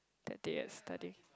that day I study